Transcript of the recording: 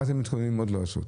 מה אתם מתכוננים לעשות עוד?